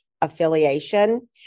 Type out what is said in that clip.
affiliation